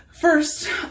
First